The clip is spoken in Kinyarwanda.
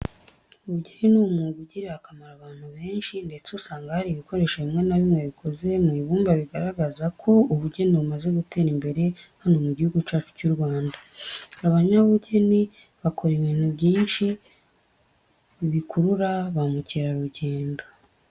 Ubugeni ni umwuga ugirira akamaro abantu benshi, ndetse usanga hari ibikoresho bimwe na bimwe bikoze mu ibumba bigaragaza ko ubugeni bumaze gutera imbere hano mu gihugu cyacu cy'u Rwanda. Abanyabugeni bakora ibintu byinshi bikurura ba mukerarugendo.